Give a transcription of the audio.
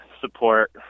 support